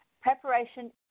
Preparation